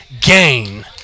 gain